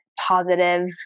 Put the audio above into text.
positive